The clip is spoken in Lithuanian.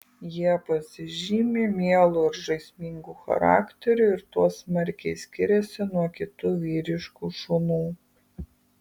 jie pasižymi mielu ir žaismingu charakteriu ir tuo smarkiai skiriasi nuo kitų vyriškų šunų